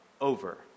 over